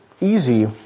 easy